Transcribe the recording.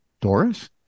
Doris